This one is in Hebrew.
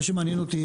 מה שמעניין אותי,